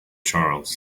charles